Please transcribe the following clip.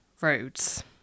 roads